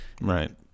right